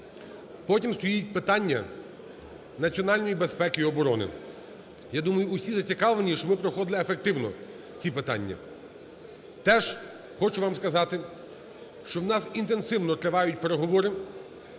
Потім стоїть питання національної безпеки і оборони. Я думаю, усі зацікавлені, щоб ми проводили ефективно ці питання. Теж хочу вам сказати, що в нас інтенсивно тривають переговори